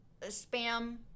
spam